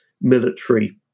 military